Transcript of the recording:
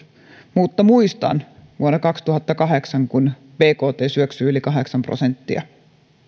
mutta muistan ketkä olivat hallituksessa ja mitä tehtiin vuonna kaksituhattakahdeksan kun bkt syöksyi yli kahdeksan prosenttia